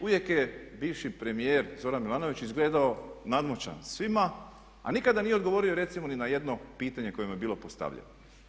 Uvijek je bivši premijer Zoran Milanović izgledao nadmoćan svima a nikada nije odgovorio recimo ni na jedno pitanje koje mu je bilo postavljeno.